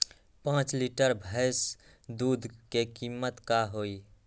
पाँच लीटर भेस दूध के कीमत का होई?